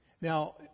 Now